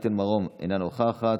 ווליד אלהואשלה,